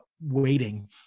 waiting